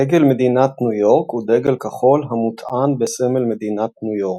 דגל מדינת ניו יורק הוא דגל כחול המוטען בסמל מדינת ניו יורק.